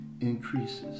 increases